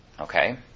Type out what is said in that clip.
Okay